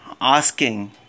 asking